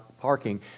parking